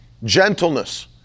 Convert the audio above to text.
Gentleness